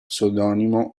pseudonimo